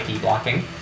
blocking